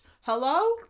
Hello